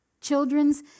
Children's